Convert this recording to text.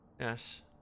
yes